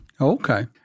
Okay